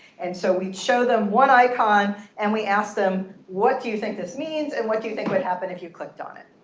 and so we'd show them one icon and we asked them, what do you think this means? and, what do you think would happen if you clicked on it?